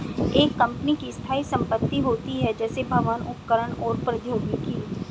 एक कंपनी की स्थायी संपत्ति होती हैं, जैसे भवन, उपकरण और प्रौद्योगिकी